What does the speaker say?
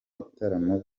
bitaramo